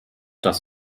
dass